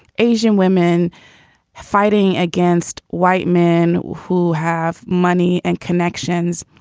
asian women fighting against white men who have money and connections.